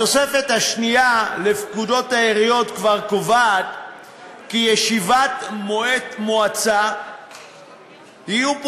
התוספת השנייה לפקודות העיריות כבר קובעת כי ישיבות מועצה יהיו פומביות,